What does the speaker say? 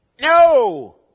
No